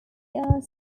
are